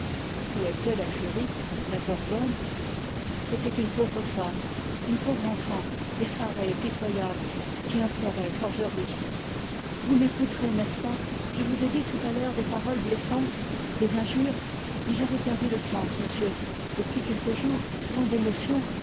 était la furie la gorgone c'était une pauvre enfant pitoyable qui implorait forgerus je vous ai dit tout à l'heure des paroles blessantes mais j'avais perdu le sens monsieur depuis quelques jours tant d'émotions